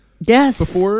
Yes